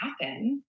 happen